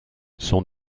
son